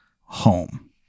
home